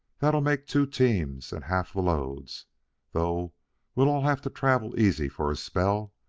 that'll make two teams and halve the loads though we-all'll have to travel easy for a spell,